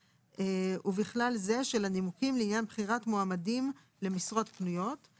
ובכלל זה של הנימוקים לעניין בחירת מועמדים למשרות פנויות;